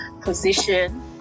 position